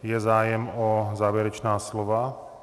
Je zájem o závěrečná slova?